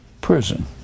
prison